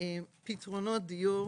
פתרונות דיור